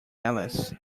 alice